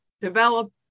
develop